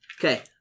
Okay